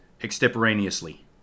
extemporaneously